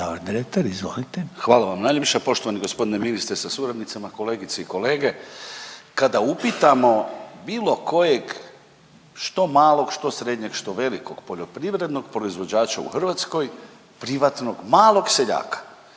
Hvala vam najljepša. Poštovani gospodine ministre sa suradnicama, kolegice i kolege, kada upitamo bilo kojeg što malog, što srednjeg, što velikog poljoprivrednog proizvođača u Hrvatskoj privatnog malog seljaka